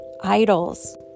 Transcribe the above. idols